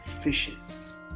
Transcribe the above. Fishes